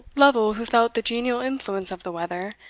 lovel, who felt the genial influence of the weather,